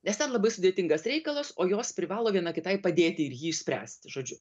nes ten labai sudėtingas reikalas o jos privalo viena kitai padėti ir jį išspręsti žodžiu